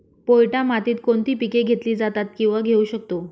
पोयटा मातीत कोणती पिके घेतली जातात, किंवा घेऊ शकतो?